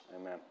Amen